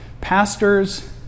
Pastors